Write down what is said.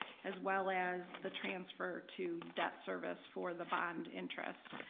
as well as the transfer to debt service for the bond interest.